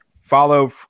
follow